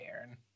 Aaron